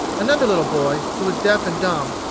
another little boy, who was deaf and dumb,